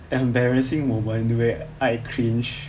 embarrassing moment where I cringed